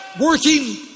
working